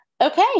Okay